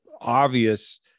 obvious